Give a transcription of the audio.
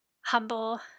humble